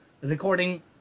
recording